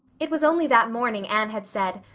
it was only that morning anne had said,